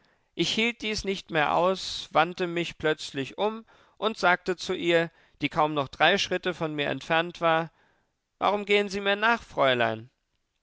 ich hielt dies nicht mehr aus wandte mich plötzlich um und sagte zu ihr die kaum noch drei schritte von mir entfernt war warum gehen sie mir nach fräulein